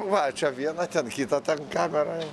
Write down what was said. va čia viena ten kita ten kamera